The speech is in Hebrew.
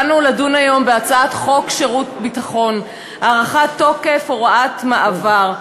באנו לדון היום בהצעת חוק שירות ביטחון (הארכת תוקף הוראת מעבר).